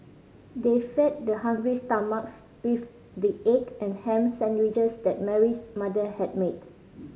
they fed their hungry stomachs with the egg and ham sandwiches that Mary's mother had made